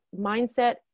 mindset